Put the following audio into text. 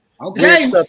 okay